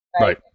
right